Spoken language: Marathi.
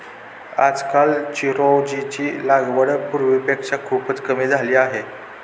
आजकाल चिरोंजीची लागवड पूर्वीपेक्षा खूपच कमी झाली आहे